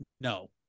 No